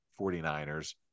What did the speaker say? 49ers